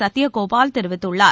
சத்தியகோபால் தெரிவித்துள்ளார்